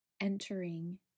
entering